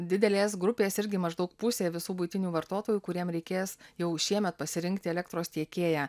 didelės grupės irgi maždaug pusė visų buitinių vartotojų kuriem reikės jau šiemet pasirinkti elektros tiekėją